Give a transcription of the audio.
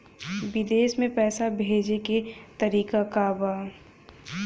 विदेश में पैसा भेजे के तरीका का बा?